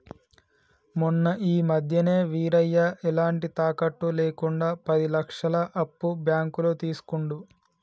మొన్న ఈ మధ్యనే వీరయ్య ఎలాంటి తాకట్టు లేకుండా పది లక్షల అప్పు బ్యాంకులో తీసుకుండు